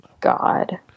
god